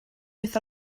wyth